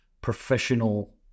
professional